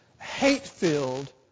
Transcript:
hate-filled